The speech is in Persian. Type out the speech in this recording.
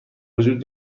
وجود